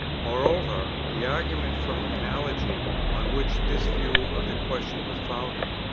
moreover, the argument from analogy, on which this view of the question was founded,